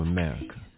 America